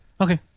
Okay